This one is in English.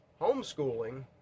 homeschooling